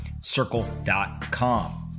Circle.com